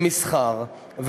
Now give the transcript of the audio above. למסחר.